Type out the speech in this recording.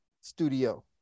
studio